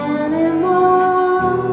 animal